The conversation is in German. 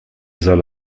soll